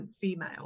female